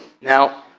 Now